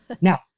Now